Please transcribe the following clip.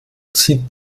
zieht